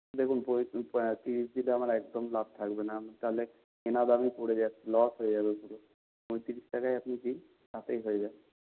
দেখুন পঁয় তিরিশ দিলে আমার একদমই লাভ থাকবে না আমি তালে লস হয়ে যাবে পুরো পঁয়তিরিশ টাকাই আপনি দিন তাতেই হবে